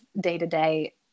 day-to-day